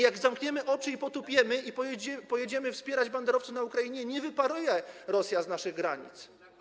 Jak zamkniemy oczy i potupiemy, i pojedziemy wspierać banderowców na Ukrainie, nie wyparuje Rosja zza naszych granic.